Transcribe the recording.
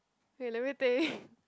wait let me think